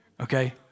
okay